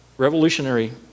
Revolutionary